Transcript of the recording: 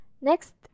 Next